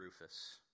Rufus